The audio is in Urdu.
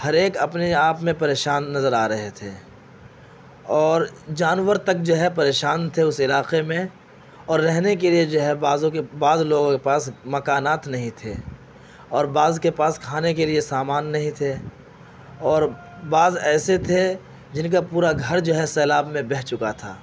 ہر ایک اپنے آپ میں پریشان نظر آ رہے تھے اور جانور تک جو ہے پریشان تھے اس علاقے میں اور رہنے کے لیے جو ہے بعضوں بعض لوگوں کے پاس مکانات نہیں تھے اور بعض کے پاس کھانے کے لیے سامان نہیں تھے اور بعض ایسے تھے جن کا پورا گھر جو ہے سیلاب میں بہہ چکا تھا